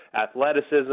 athleticism